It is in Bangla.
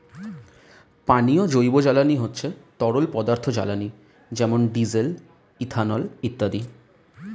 পানীয় জৈব জ্বালানি হচ্ছে তরল পদার্থ জ্বালানি যেমন ডিজেল, ইথানল ইত্যাদি